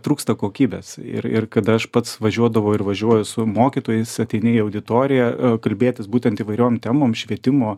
trūksta kokybės ir ir kad aš pats važiuodavau ir važiuoju su mokytojais ateini į auditoriją kalbėtis būtent įvairiom temom švietimo